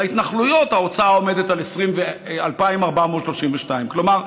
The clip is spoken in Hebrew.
שבהתנחלויות ההוצאה עומדת על 2,432. כלומר,